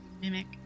mimic